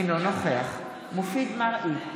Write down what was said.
אינו נוכח מופיד מרעי,